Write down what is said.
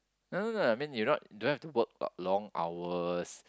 no no no I mean you not don't have to work about long hours